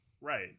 Right